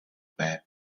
байв